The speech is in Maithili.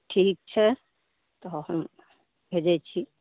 ठीक छै तऽ हम भेजै छी